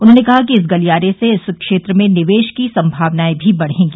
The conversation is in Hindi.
उन्होंने कहा कि इस गलियारे से इस क्षेत्र में निवेश की संभावनाएं भी बढेंगी